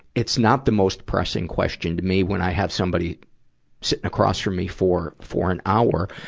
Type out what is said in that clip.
it's not the most pressing question to me when i have somebody sitting across for me for, for an hour.